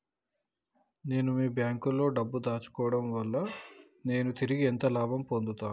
నేను మీ బ్యాంకులో డబ్బు ను దాచుకోవటం వల్ల నేను తిరిగి ఎంత లాభాలు పొందుతాను?